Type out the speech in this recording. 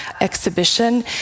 exhibition